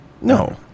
No